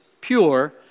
pure